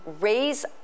raise